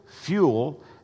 fuel